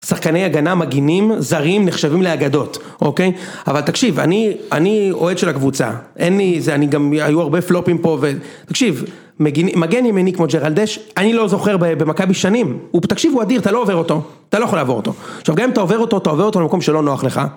שחקני הגנה מגינים, זרים, נחשבים לאגדות, אוקיי? אבל תקשיב, אני, אוהד של הקבוצה. אין לי, זה, אני גם, היו הרבה פלופים פה ו... תקשיב, מגן ימיני כמו ג'רלדש, אני לא זוכר במכבי שנים. הוא, תקשיב, הוא אדיר, אתה לא עובר אותו. אתה לא יכול לעבור אותו. עכשיו, גם אם אתה עובר אותו, אתה עובר אותו למקום שלא נוח לך.